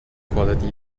quality